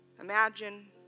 Imagine